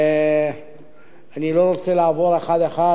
ואחרי שאנחנו נסיים את החוק הזה,